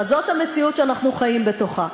זאת המציאות שאנחנו חיים בתוכה.